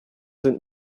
sind